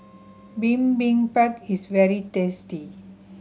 bibimbap is very tasty